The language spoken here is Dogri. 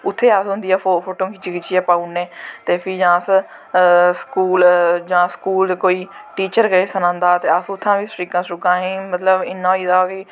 उत्थें अस उंदियां फोटो खिच्ची खिच्चियै पाई ओड़ने ते फ्ही जां अस स्कूल जां स्कूल कोई टीचर किश सनांदा ते अस उत्थें सट्रिकां सटूकां मतलव असें इन्ना होई दा कि